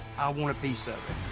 i want a piece of